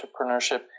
entrepreneurship